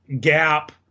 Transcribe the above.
gap